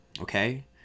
Okay